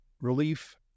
Relief